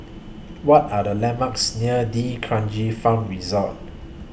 What Are The landmarks near D'Kranji Farm Resort